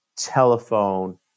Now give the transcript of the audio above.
telephone